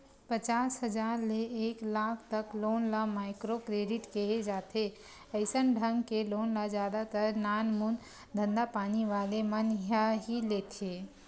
पचास हजार ले एक लाख तक लोन ल माइक्रो क्रेडिट केहे जाथे अइसन ढंग के लोन ल जादा तर नानमून धंधापानी वाले मन ह ही लेथे